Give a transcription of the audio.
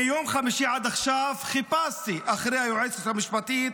מיום חמישי עד עכשיו חיפשתי אחרי היועצת המשפטית,